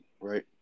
right